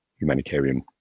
humanitarian